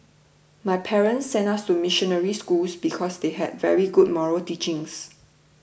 my parents sent us to missionary schools because they had very good moral teachings